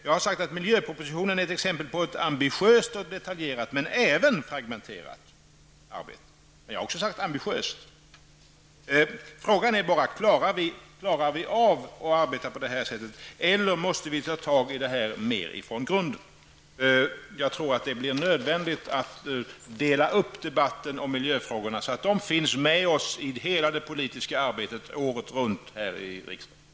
Jag har sagt att miljöpropositionen är ett exempel på ett ambitiöst och detaljerat men även fragmentariskt arbete. Jag har alltså även sagt ambitiöst. Frågan är bara om vi klarar av att arbeta på det här sättet eller om vi måste ta tag i problemen mera från grunden. Jag tror att det blir nödvändigt att dela upp debatten om miljöfrågorna, så att de finns med oss i hela det politiska arbetet året runt i riksdagen.